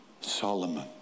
Solomon